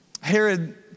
Herod